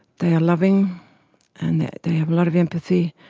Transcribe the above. they are loving and they have a lot of empathy,